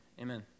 amen